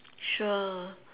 sure